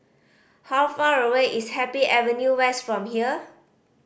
how far away is Happy Avenue West from here